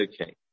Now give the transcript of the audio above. okay